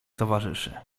towarzyszy